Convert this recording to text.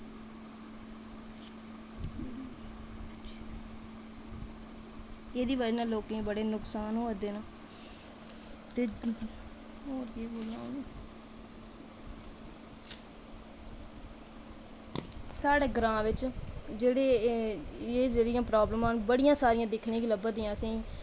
एह्दी बजह् कन्नै लोकें गी बड़े नुकसान होआ दे न ते साढ़े ग्रांऽ बिच जेह्ड़े एह् जेह्ड़ियां प्रॉब्लमां न बड़ियां सारियां दिक्खनै गी लब्भा दियां न